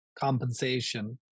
compensation